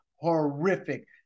horrific